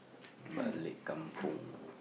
Balik kampung